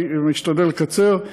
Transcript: אני משתדל לקצר.